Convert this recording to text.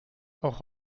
auch